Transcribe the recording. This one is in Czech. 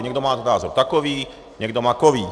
Někdo má názor takový, někdo makový.